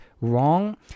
wrong